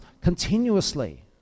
continuously